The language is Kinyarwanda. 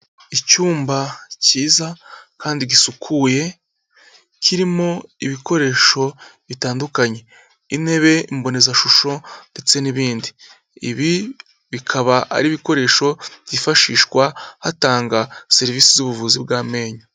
Icyumba cyiza kandi gisukuye kirimo ibikoresho bitandukanye intebe, imbonezashusho ndetse n'ibindi, ibi bikaba ari ibikoresho byifashishwa hatanga serivisi z'ubuvuzi bw'amenyo.